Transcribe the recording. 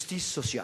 justice sociale.